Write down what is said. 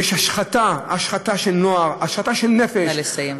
יש השחתה של נוער, השחתה של נפש, נא לסיים.